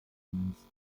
zumindest